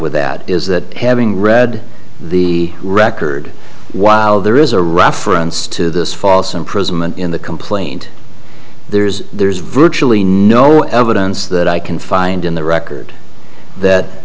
with that is that having read the record while there is a rough fronts to this false imprisonment in the complaint there's there's virtually no evidence that i can find in the record that